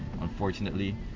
unfortunately